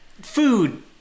food